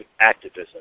activism